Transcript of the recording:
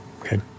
Okay